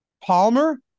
Palmer